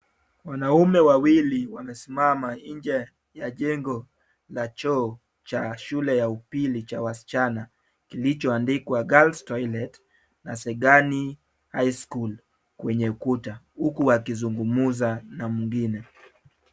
Wanaume wawili wamesimama nje ya jengo la choo cha shule ya upili cha wasichana, kilichoandikwa girls toilet na Segani high school kwenye ukuta, huku wakizungumza na mwingine.